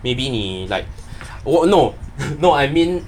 maybe 你 like no no I mean